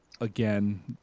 again